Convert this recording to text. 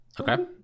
Okay